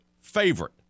favorite